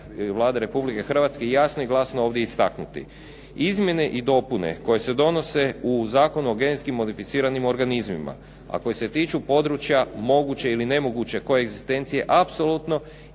Vlade Republike Hrvatske jasno i glasno ovdje istaknuti. Izmjene i dopune koje se donose u Zakonu o genetski modificiranim organizmima a koji se tiču područja moguće ili nemoguće koegzistencije apsolutno